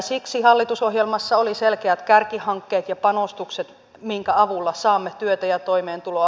siksi hallitusohjelmassa oli selkeät kärkihankkeet ja panostukset minkä avulla saamme työtä ja toimeentuloa